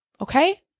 okay